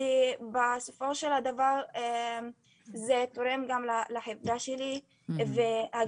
כי בסופו של דבר זה תורם גם לחברה שלי והגיוון